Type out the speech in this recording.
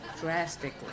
drastically